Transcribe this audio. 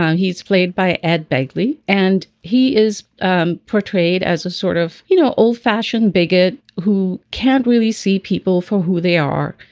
um he's played by ed begley and he is um portrayed as a sort of you know old fashioned bigot who can't really see people for who they are.